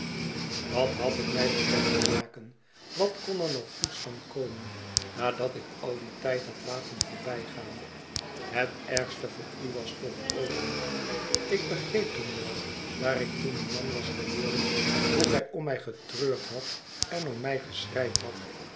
wat had ik mij bekend te maken wat kon er nog goeds van komen nadat ik al dien tijd had laten voorbijgaan het ergste voor u was toch over moeder ik begreep toen wel daar ik toen een man was geworden hoe gij om mij getreurd hadt en om mij geschreid hadt